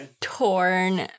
torn